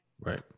Right